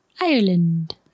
Ireland